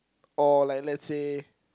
or like let's say